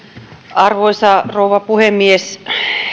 arvoisa rouva puhemies